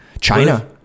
China